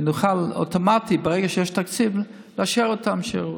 שנוכל אוטומטית, ברגע שיש תקציב, לאשר אותם.